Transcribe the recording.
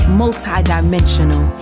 multi-dimensional